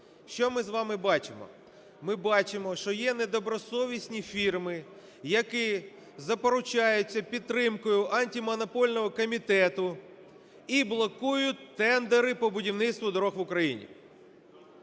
Що ми з вами бачимо? Ми бачимо, що є недобросовісні фірми, які запоручаються підтримкою Антимонопольного комітету і блокують тендери по будівництву доріг в Україні,